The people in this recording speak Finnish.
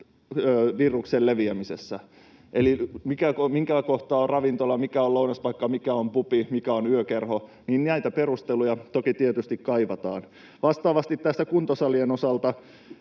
viruksen leviämisessä. Eli mikä on ravintola, mikä on lounaspaikka, mikä on pubi, mikä on yökerho — näitä perusteluja toki tietysti kaivataan. Vastaavasti kuntosalien osalta